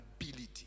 ability